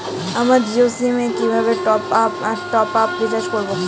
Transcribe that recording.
আমার জিও সিম এ কিভাবে টপ আপ রিচার্জ করবো?